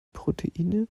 proteine